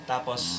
Tapos